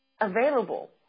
available